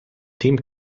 team